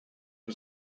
was